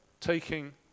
taking